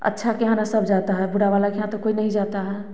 अच्छे के यहाँ सब जाता है बुरा वाले के यहाँ कोई नहीं जाता है